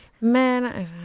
men